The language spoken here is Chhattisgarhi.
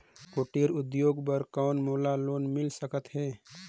कुटीर उद्योग बर कौन मोला लोन मिल सकत हे?